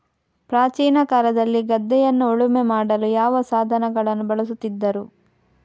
ಪ್ರಾಚೀನ ಕಾಲದಲ್ಲಿ ಗದ್ದೆಯನ್ನು ಉಳುಮೆ ಮಾಡಲು ಯಾವ ಸಾಧನಗಳನ್ನು ಬಳಸುತ್ತಿದ್ದರು?